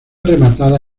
rematada